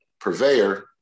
purveyor